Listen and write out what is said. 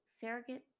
surrogate